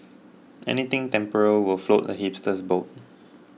anything temporal will float a hipster's boat